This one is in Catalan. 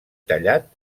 tallat